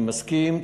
אני מסכים,